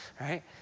right